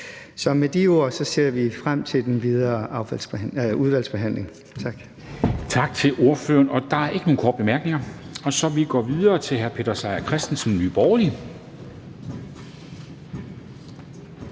Så med de ord ser vi frem til den videre udvalgsbehandling. Kl. 12:18 Formanden (Henrik Dam Kristensen): Tak til ordføreren. Der er ikke nogen korte bemærkninger, så vi går videre til hr. Peter Seier Christensen, Nye Borgerlige.